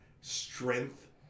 strength